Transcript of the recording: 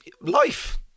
Life